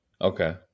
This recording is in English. Okay